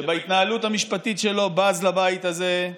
שבהתנהלות המשפטית שלו בז לבית הזה,